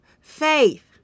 Faith